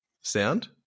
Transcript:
sound